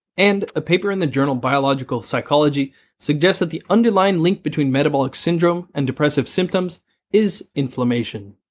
and, a paper in the journal biological psychology suggests that the underlying link between metabolic syndrome and depressive symptoms is inflammation.